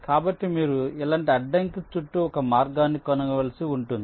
కాబట్టి మీరు ఇలాంటి అడ్డంకి చుట్టూ ఒక మార్గాన్ని కనుగొనవలసి ఉంటుంది